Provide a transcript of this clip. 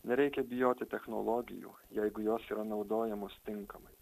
nereikia bijoti technologijų jeigu jos yra naudojamos tinkamai